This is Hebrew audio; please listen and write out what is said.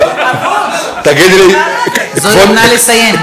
נא לסיים.